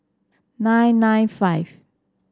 nine nine five